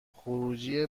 خروجی